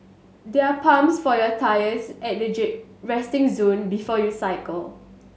there are pumps for your tyres at the resting zone before you cycle